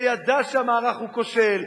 שידע שהמערך הוא כושל,